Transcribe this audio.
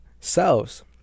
selves